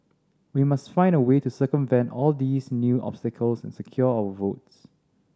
we must find a way to circumvent all these new obstacles and secure our votes